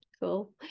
Cool